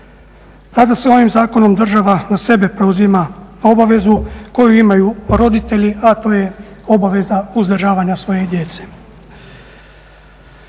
Tada ovim zakonom država na sebe preuzima obavezu koju imaju roditelji, a to je obaveza uzdržavanja svoje djece.